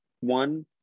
one